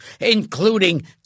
including